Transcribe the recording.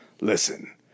listen